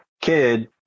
kid